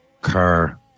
car